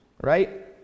right